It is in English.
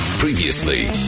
Previously